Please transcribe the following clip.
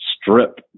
strip